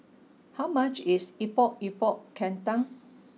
how much is Epok Epok Kentang